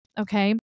Okay